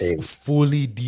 fully